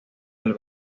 del